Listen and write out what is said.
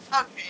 Okay